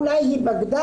אולי היא בגדה,